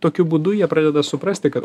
tokiu būdu jie pradeda suprasti kad